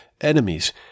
enemies